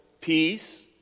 peace